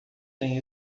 tem